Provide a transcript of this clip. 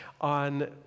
on